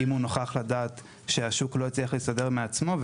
אם הוא נוכח לדעת שהשוק לא הצליח להסתדר מעצמו.